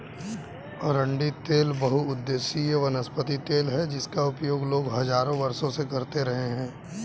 अरंडी तेल बहुउद्देशीय वनस्पति तेल है जिसका उपयोग लोग हजारों वर्षों से करते रहे हैं